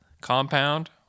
Compound